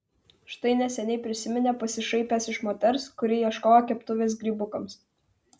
štai neseniai prisiminė pasišaipęs iš moters kuri ieškojo keptuvės grybukams